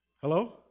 Hello